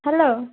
hello